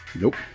Nope